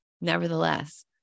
nevertheless